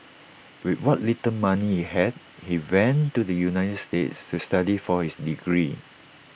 with what little money he had he went to the united states to study for his degree